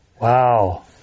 Wow